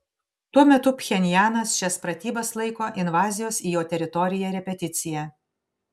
tuo metu pchenjanas šias pratybas laiko invazijos į jo teritoriją repeticija